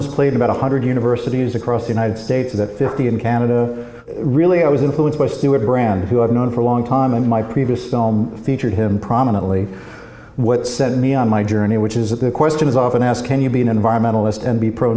is played about one hundred universities across the united states that fifty in canada really i was influenced by stewart brand who i've known for a long time in my previous film featured him prominently what sent me on my journey which is that the question is often asked can you be an environmentalist and be pro